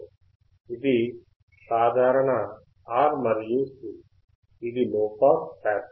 ఇది సాధారణ R మరియు C ఇది లోపాస్ పాసివ్ ఫిల్టర్